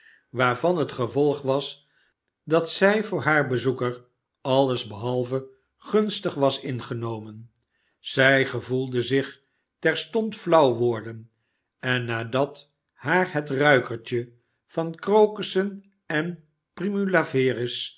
waarvan het gevolg was dat zij voor haar bezoeker alles behalve gunstig was ingenomen zij gevoelde zich terstond flauw worden en nadat haar het ruikertje van krokussen en primulaveris